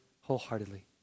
wholeheartedly